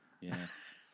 Yes